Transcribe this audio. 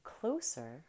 closer